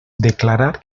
declarar